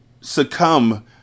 succumb